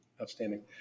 Outstanding